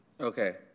okay